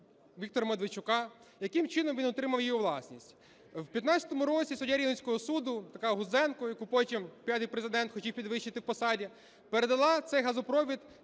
Віктора Медведчука. Яким чином він отримав її у власність? У 15-му році суддя Рівненського суду, така Гудзенко, яку потім п'ятий Президент хотів підвищити в посаді, передала цей газопровід